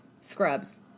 Scrubs